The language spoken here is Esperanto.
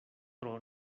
tro